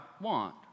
want